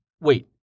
Wait